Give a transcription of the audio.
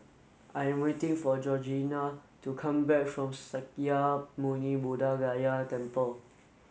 I am waiting for Georgianna to come back from Sakya Muni Buddha Gaya Temple